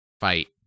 fight